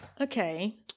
Okay